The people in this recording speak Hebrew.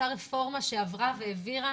אותה רפורמה שעברה והעבירה